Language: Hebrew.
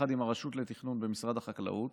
יחד עם הרשות לתכנון במשרד החקלאות